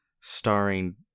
Starring